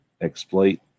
exploit